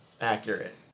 accurate